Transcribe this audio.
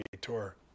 Tour